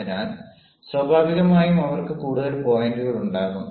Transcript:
അതിനാൽ സ്വാഭാവികമായും അവർക്ക് കൂടുതൽ പോയിന്റുകൾ ഉണ്ടാകും